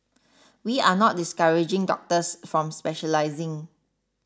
we are not discouraging doctors from specialising